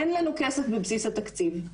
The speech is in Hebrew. אין לנו כסף בבסיס התקציב,